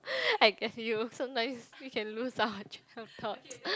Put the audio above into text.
I guess you so know sometimes we can lose our train of thoughts